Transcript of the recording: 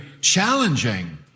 challenging